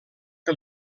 que